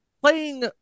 Playing